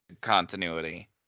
continuity